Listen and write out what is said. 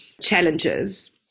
challenges